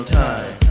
time